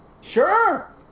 Sure